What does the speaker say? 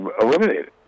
eliminated